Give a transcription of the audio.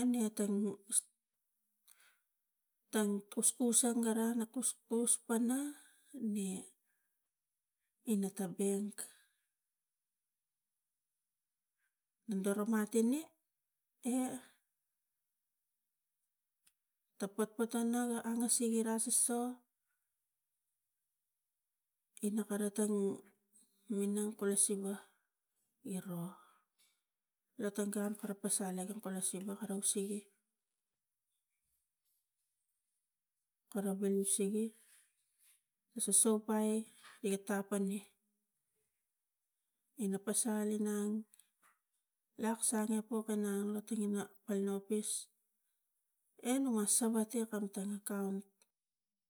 ene tang tang puspusang gara na puspus pana ne ina ta bank na doromat ine e ta patpat ana ga angasik ina soso ina kara tang minang kula siva giro, la tang gun kara pasal e gi pala siva kareng sigi kara vili sigi, sosopai itang pani ina pasal inang lak sange put inang ina panla opis e nua sang atiak kam mata akaunt.